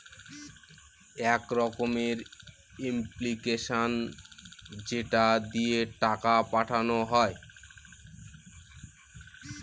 এক রকমের এপ্লিকেশান যেটা দিয়ে টাকা পাঠানো হয়